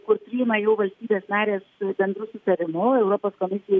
kur priima jau valstybės narės bendru sutarimu europos komisijai